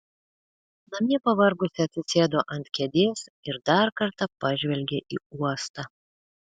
namie pavargusi atsisėdo ant kėdės ir dar kartą pažvelgė į uostą